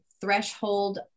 threshold